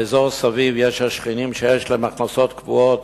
באזור מסביב יש השכנים, שיש להם הכנסות קבועות